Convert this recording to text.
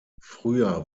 früher